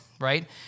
right